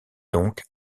donc